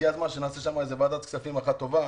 הגיע הזמן שנעשה שם איזה ועדת כספים אחת טובה,